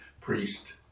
priest